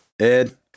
Ed